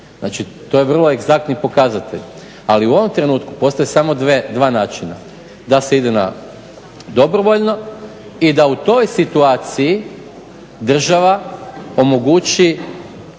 znači to je vrlo egzaktni pokazatelj. Ali u ovom trenutku postoje samo dva načina, da se ide na dobrovoljno i da u toj situaciji država omogući